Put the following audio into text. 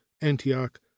antioch